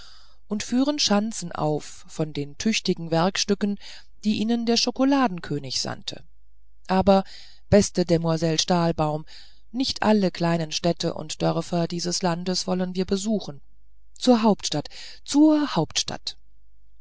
und führen schanzen auf von den tüchtigen werkstücken die ihnen der schokoladenkönig sandte aber beste demoiselle stahlbaum nicht alle kleinen städte und dörfer dieses landes wollen wir besuchen zur hauptstadt zur hauptstadt